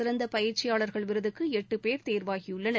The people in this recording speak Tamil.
சிறந்த பயிற்சியாளர்கள் விருதுக்கு எட்டு பேர் தேர்வாகியுள்ளனர்